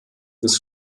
des